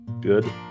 Good